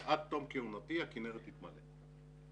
שעד תום כהונתי הכנרת תתמלא,